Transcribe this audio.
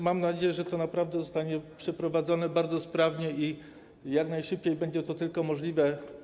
Mam nadzieję, że to naprawdę zostanie przeprowadzone bardzo sprawnie i jak najszybciej będzie to tylko możliwe.